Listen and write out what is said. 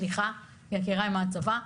סליחה יקירי מהצבא.